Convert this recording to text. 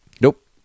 Nope